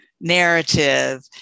narrative